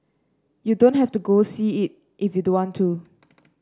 you don't have to go see it if you don't want to